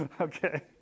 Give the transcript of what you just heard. Okay